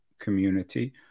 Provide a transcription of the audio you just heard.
community